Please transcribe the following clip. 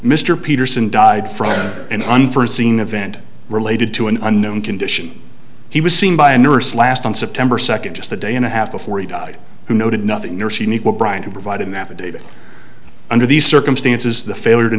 mr peterson died for an unforeseen event related to an unknown condition he was seen by a nurse last on september second just a day and a half before he died who noted nothing new she knew what brian to provide an affidavit under these circumstances the failure to